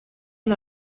del